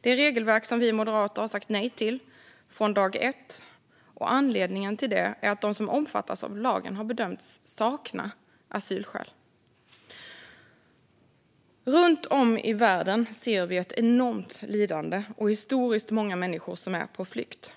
Det är regelverk som vi moderater har sagt nej till från dag ett. Anledningen till det är att de som omfattas av lagen har bedömts sakna asylskäl. Runt om i världen ser vi ett enormt lidande, och historiskt många människor är på flykt.